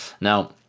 now